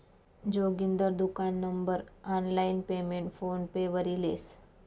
जोगिंदर दुकान नं online payment PhonePe वरी लेस